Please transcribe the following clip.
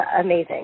amazing